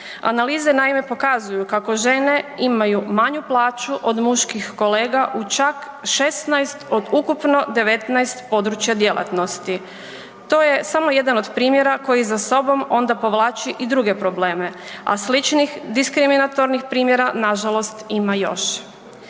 Analize naime pokazuju kako žene imaju manju plaću od muških kolega u čak 16 od ukupno 19 područja djelatnosti. To je samo jedan od primjera koji za sobom onda povlači i druge probleme, a sličnih diskriminatornih primjera nažalost ima još.